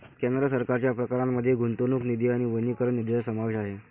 केंद्र सरकारच्या प्रकारांमध्ये गुंतवणूक निधी आणि वनीकरण निधीचा समावेश आहे